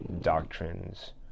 doctrines